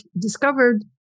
discovered